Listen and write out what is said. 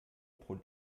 pro